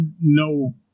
no